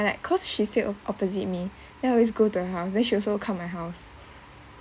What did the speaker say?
like cause she stay op~ opposite me then always go to her house then she also come my house